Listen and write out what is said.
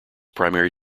primary